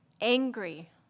angry